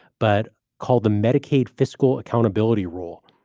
but called the medicaid fiscal accountability rule.